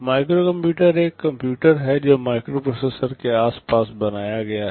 microcomputer एक computer है जो माइक्रोप्रोसेसर के आसपास बनाया गया है